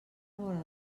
vora